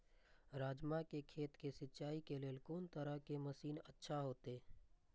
राजमा के खेत के सिंचाई के लेल कोन तरह के मशीन अच्छा होते?